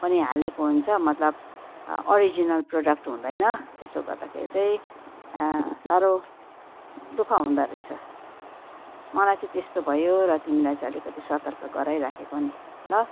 पनि हालेको हुन्छ मतलब अरिजिनल प्रोडक्ट हुँदैन त्यसो गर्दाखेरि चाहिँ साह्रो दुःख हुँदोरहेछ मलाई चाहिँ त्यस्तो भयो र तिमीलाई चाहिँ अलिकति सतर्क गराइराखेको नि ल